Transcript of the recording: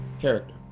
character